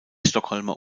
stockholmer